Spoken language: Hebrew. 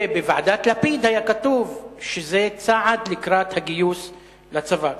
ובוועדת-לפיד היה כתוב שזה צעד לקראת הגיוס לצבא.